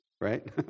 right